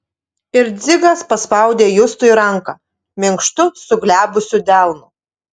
ir dzigas paspaudė justui ranką minkštu suglebusiu delnu